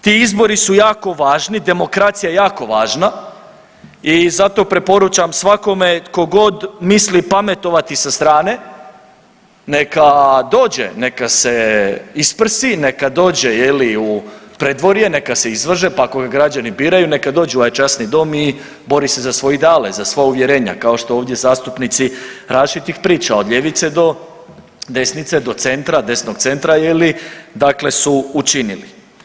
Ti izbori su jako važni, demokracija je jako važna i zato preporučam svakome tko god misli pametovati sa strane neka dođe, neka se isprsi, neka dođe u predvorje, neka se izvaže pa ako ga građani biraju neka dođe u ovaj časni Dom i bori se za svoje ideale, za svoja uvjerenja kao što ovdje zastupnici različitih priča od ljevice do desnice, desnog centra je li, dakle su učinili.